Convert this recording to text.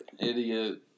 idiot